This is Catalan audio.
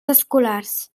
escolars